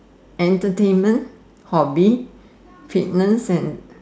entertainment hobby fitness and